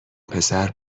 پسر